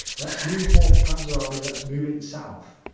let's move fourth panzer army, let's move it south.